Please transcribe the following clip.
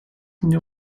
mnie